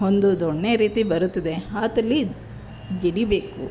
ಒಂದು ದೊಣ್ಣೆ ರೀತಿ ಬರುತ್ತದೆ ಅದರಲ್ಲಿ ಜಡಿಬೇಕು